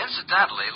Incidentally